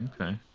Okay